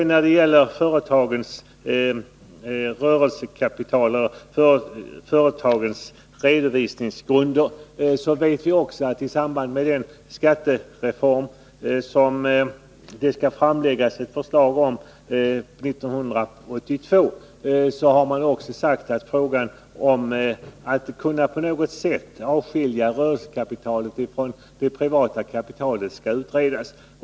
När det gäller företagens redovisningsgrunder har man sagt, i samband 130 med den skattereform som det skall framläggas förslag om 1982, att frågan om att på något sätt kunna avskilja rörelsekapitalet från det privata kapitalet skall utredas.